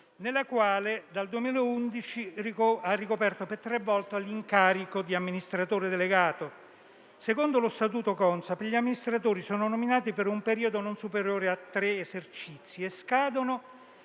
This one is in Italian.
nella quale, dal 2011, ha ricoperto per tre volte l'incarico di amministratore delegato. Secondo lo statuto della Consap, gli amministratori sono nominati per un periodo non superiore a tre esercizi, e scadono